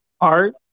Art